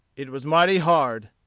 it was mighty hard,